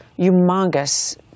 humongous